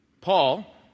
Paul